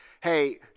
hey